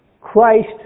Christ